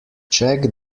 check